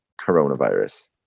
coronavirus